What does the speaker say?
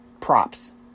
props